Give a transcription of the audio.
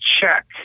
check